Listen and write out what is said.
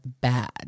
bad